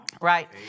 Right